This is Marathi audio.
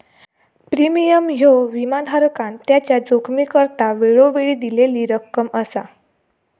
प्रीमियम ह्यो विमाधारकान त्याच्या जोखमीकरता वेळोवेळी दिलेली रक्कम असा